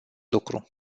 lucru